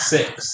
Six